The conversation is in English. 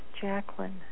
Jacqueline